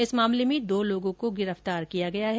इस मामले में दो लोगों को गिरफ्तार किया गया है